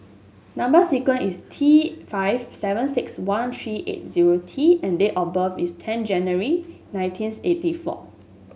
number sequence is T five seven six one three eigh zero T and date of birth is ten January nineteens eighty four